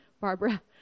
Barbara